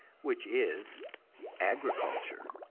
which is agriculture.